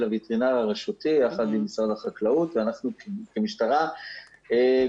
הווטרינר הרשותי יחד עם משרד החקלאות ואנחנו כמשטרה גורם